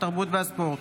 התרבות והספורט.